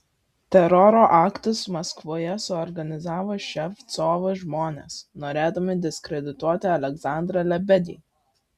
teroro aktus maskvoje suorganizavo ševcovo žmonės norėdami diskredituoti aleksandrą lebedį